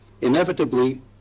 inevitably